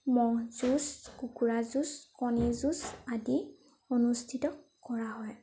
ম'হ যুঁজ কুকুৰা যুঁজ কণী যুঁজ আদি অনুষ্ঠিত কৰা হয়